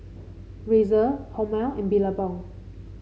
Razer Hormel and Billabong